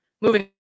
moving